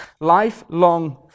lifelong